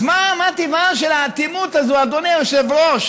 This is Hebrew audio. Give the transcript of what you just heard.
אז מה, מה טיבה של האטימות הזאת, אדוני היושב-ראש?